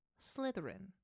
Slytherin